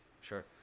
sure